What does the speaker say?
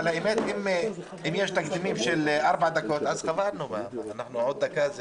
אבל אם יש תקדימים של ארבע דקות, אז עוד דקה לא